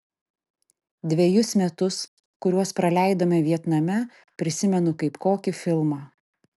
dvejus metus kuriuos praleidome vietname prisimenu kaip kokį filmą